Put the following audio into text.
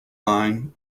line